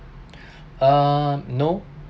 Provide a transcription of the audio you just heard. uh no